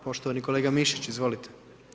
Poštovani kolega Mišić, izvolite.